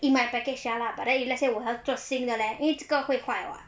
in my package ya lah but then if let say 我还要做新的 leh 因为这个会坏 [what]